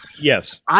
Yes